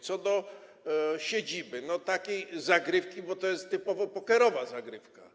Co do siedziby - takiej zagrywki, bo to jest typowo pokerowa zagrywka.